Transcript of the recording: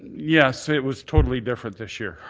yes. it was totally different this year.